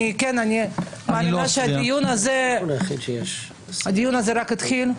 הדיון הזה רק התחיל.